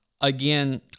Again